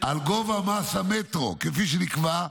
על גובה מס המטרו, כפי שנקבע,